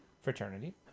Fraternity